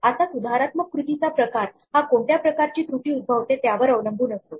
आता सुधारात्मक कृतीचा प्रकार हा कोणत्या प्रकारची त्रुटी उद्भवते त्यावर अवलंबून असतो